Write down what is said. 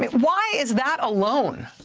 but why is that alone